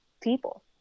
people